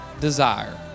desire